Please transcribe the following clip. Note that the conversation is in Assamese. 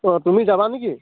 অঁ তুমি যাবা নেকি